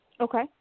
Okay